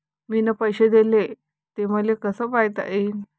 मिन पैसे देले, ते मले कसे पायता येईन?